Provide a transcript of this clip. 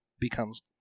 becomes